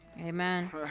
amen